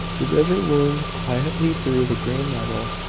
the river wound quietly through the green level,